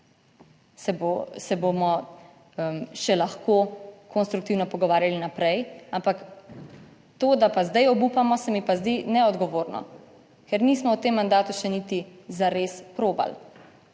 se bomo še lahko konstruktivno pogovarjali naprej. Ampak to, da pa zdaj obupamo, se mi pa zdi neodgovorno, ker nismo v tem mandatu še niti zares probali.